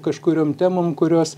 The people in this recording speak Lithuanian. kažkuriom temom kurios